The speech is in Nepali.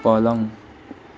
पलङ